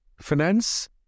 finance